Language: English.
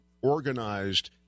organized